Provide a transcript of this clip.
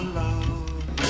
love